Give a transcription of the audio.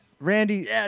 Randy